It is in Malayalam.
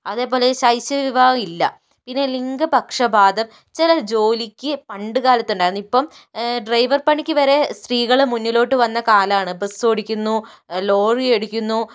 അതേപോലെ ഈ ശൈശവ വിവാഹം ഇല്ല ഇനി ലിംഗപക്ഷപാതം ചില ജോലിയ്ക്ക് പണ്ടുകാലത്തുണ്ടായിരുന്നു ഇപ്പം ഡ്രൈവര് പണിക്ക് വരെ സ്ത്രീകള് മുന്നിലോട്ടു വന്ന കാലമാണ് ബസ് ഓടിക്കുന്നു ലോറി ഓടിക്കുന്നു